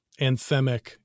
anthemic